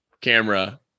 camera